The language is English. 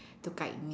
to guide me